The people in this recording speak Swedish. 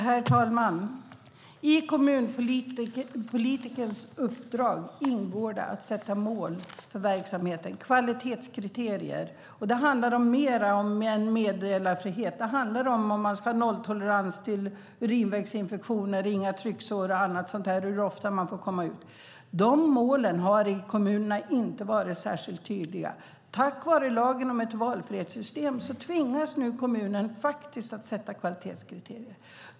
Herr talman! I kommunpolitikerns uppdrag ingår det att sätta mål för verksamheten, kvalitetskriterier, och då handlar det om mer än meddelarfrihet. Det handlar om huruvida man ska ha nolltolerans mot urinvägsinfektioner och trycksår, hur ofta de äldre får komma ut och annat. De målen har inte varit särskilt tydliga i kommunerna. Tack vare lagen om valfrihetssystem tvingas nu kommunerna faktiskt att sätta kvalitetskriterier.